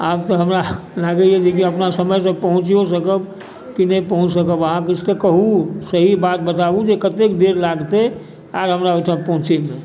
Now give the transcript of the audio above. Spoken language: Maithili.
आब तऽ हमरा लागैए जेकि अपना समयसँ पहुँचियो सकब कि नहि पहुँच सकब अहाँ किछु तऽ कहू सही बात बताबु जे कतेक देर लागतै आर हमरा ओहिठाम पहुँचैमे